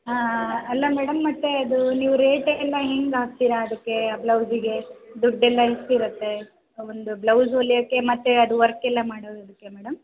ಹಾಂ ಅಲ್ಲ ಮೇಡಮ್ ಮತ್ತೆ ಅದು ನೀವು ರೇಟ್ ಎಲ್ಲ ಹೇಗೆ ಹಾಕ್ತೀರಾ ಅದಕ್ಕೆ ಬ್ಲೌಸಿಗೆ ದುಡ್ಡೆಲ್ಲ ಎಷ್ಟಿರತ್ತೆ ಒಂದು ಬ್ಲೌಸ್ ಹೊಲಿಯೋಕ್ಕೆ ಮತ್ತು ಅದು ವರ್ಕ್ ಎಲ್ಲ ಮಾಡೋದಕ್ಕೆ ಮೇಡಮ್